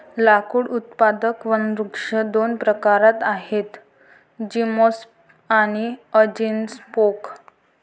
लाकूड उत्पादक वनवृक्ष दोन प्रकारात आहेतः जिम्नोस्पर्म आणि अँजिओस्पर्म